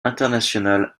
international